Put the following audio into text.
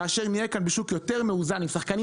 כאשר נהיה כאן בשוק מאוזן יותר עם שחקנים